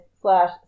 slash